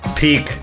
peak